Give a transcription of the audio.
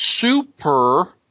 super